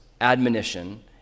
admonition